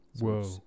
whoa